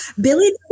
Billy